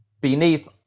beneath